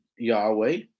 Yahweh